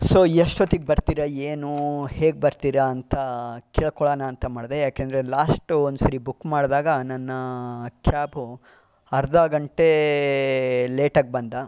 so ಎಷ್ಟೊತ್ತಿಗೆ ಬರ್ತೀರಾ ಏನು ಹೇಗೆ ಬರ್ತೀರಾ ಅಂತ ಕೇಳಿಕೊಳ್ಳೋಣ ಅಂತ ಮಾಡಿದೆ ಏಕೆ ಅಂದರೆ ಲಾಸ್ಟ್ ಒಂದ್ಸರಿ ಬುಕ್ ಮಾಡಿದಾಗ ನನ್ನ ಕ್ಯಾಬು ಅರ್ಧ ಗಂಟೆ ಲೇಟ್ ಆಗಿ ಬಂದ